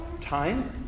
time